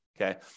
Okay